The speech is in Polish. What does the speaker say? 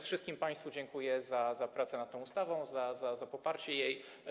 Wszystkim państwu dziękuję za pracę nad tą ustawą, za poparcie jej.